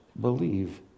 believe